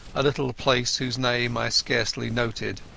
a little place whose name i scarcely noted,